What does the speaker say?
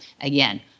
Again